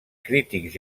crítics